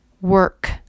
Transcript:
work